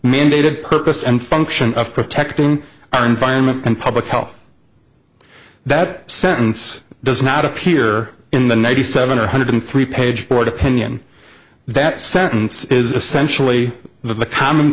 mandated purpose and function of protecting our environment and public health that sentence does not appear in the ninety seven one hundred three page board opinion that sentence is essentially the common